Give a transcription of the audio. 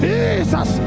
Jesus